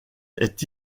est